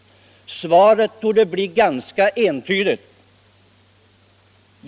Svaret torde bli ganska entydigt.